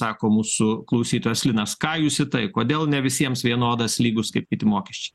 sako mūsų klausytojas linas ką jūs į tai kodėl ne visiems vienodas lygus kaip kiti mokesčiai